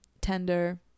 tender